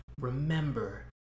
Remember